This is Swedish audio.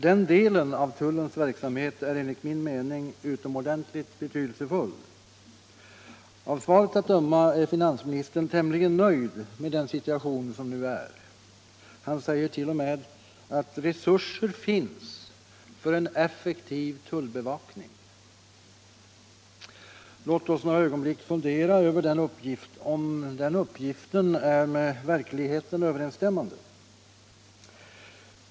Den delen av tullens verksamhet är enligt min mening utomordentligt betydelsefull. Av svaret att döma är finansministern tämligen nöjd med den situation som nu är. Han säger t.o.m. att resurser finns för en effektiv tullbevakning. Låt oss några ögonblick fundera över om den uppgiften är med verkligheten överensstämmande.